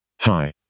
hi